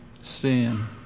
sin